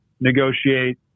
negotiate